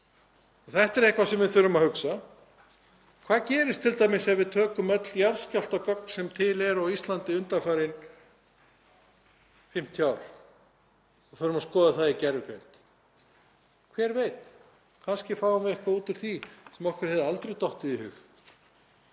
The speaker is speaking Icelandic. Þetta er eitthvað sem við þurfum að hugsa um. Hvað gerist t.d. ef við tökum öll jarðskjálftagögn sem til eru á Íslandi undanfarin ár, 50 ár, og skoðum þau með gervigreind? Hver veit, kannski fáum við eitthvað út úr því sem okkur hefði aldrei dottið í hug.